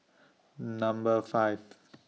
Number five